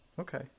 Okay